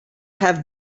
have